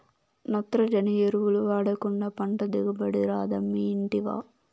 నత్రజని ఎరువులు వాడకుండా పంట దిగుబడి రాదమ్మీ ఇంటివా